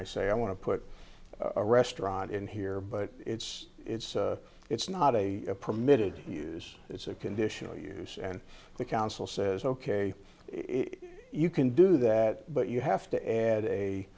i say i want to put a restaurant in here but it's it's it's not a permitted use it's a conditional use and the council says ok you can do that but you have to add a